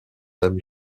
même